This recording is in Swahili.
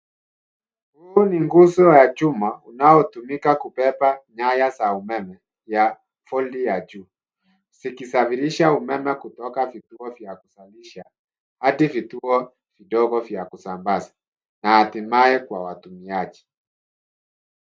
Huu ni nguzo ya chuma unaotumika kubeba nyaya za umeme ya volti ya juu zikisafirisha umeme kutoka vituo vya kuzalisha hadi vituo vidogo vya kusambaza na hatimaye kwa watumiaji.